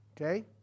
Okay